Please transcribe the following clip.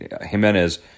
Jimenez